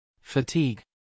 Fatigue